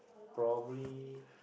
probably